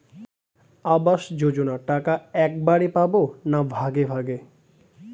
আবাস যোজনা টাকা একবারে পাব না ভাগে ভাগে?